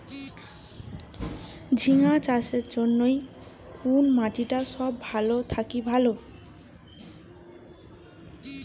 ঝিঙ্গা চাষের জইন্যে কুন মাটি টা সব থাকি ভালো?